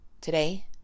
Today